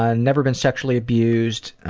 ah never been sexually abused